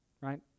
right